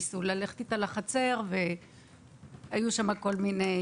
ניסו ללכת איתה לחצר והיו שם כל מיני